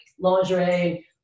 lingerie